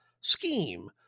scheme